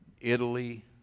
Italy